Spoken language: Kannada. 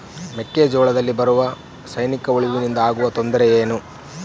ಮೆಕ್ಕೆಜೋಳದಲ್ಲಿ ಬರುವ ಸೈನಿಕಹುಳುವಿನಿಂದ ಆಗುವ ತೊಂದರೆ ಏನು?